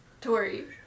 Tori